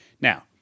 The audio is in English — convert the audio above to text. Now